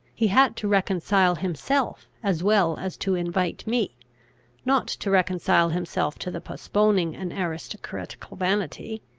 he had to reconcile himself as well as to invite me not to reconcile himself to the postponing an aristocratical vanity,